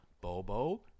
Bobo